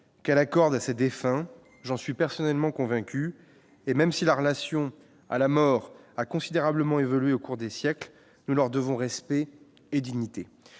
qu'elle accorde à ces défunts, j'en suis personnellement convaincu et même si la relation à la mort, a considérablement évolué au cours des siècles, nous leur devons respect et dignité,